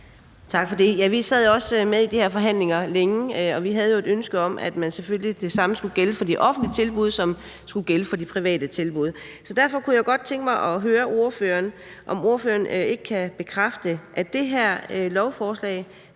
Tak for det. Vi sad jo også med i de her forhandlinger længe, og vi havde et ønske om, at det samme, som skulle gælde for de offentlige tilbud, selvfølgelig skulle gælde for de private tilbud. Derfor kunne jeg godt tænke mig at høre ordføreren, om ordføreren ikke kan bekræfte, at det her lovforslag